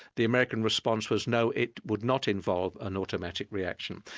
the american response was no, it would not involve an automatic reaction'.